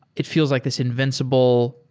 it feels like this invincible,